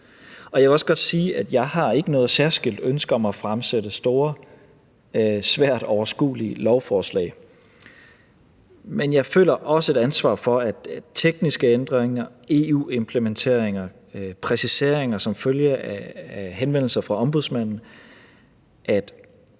Jeg vil også godt sige, at jeg ikke har noget særskilt ønske om at fremsætte store og svært overskuelige lovforslag. Men jeg føler også et ansvar for, at vi får gennemført tekniske ændringer, EU-implementeringer og præciseringer som følge af henvendelser fra Ombudsmanden